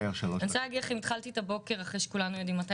אני רוצה להגיד לכם התחלתי את הבוקר אחרי שכולנו יודעים מתי